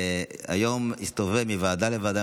והיום הסתובב מוועדה לוועדה,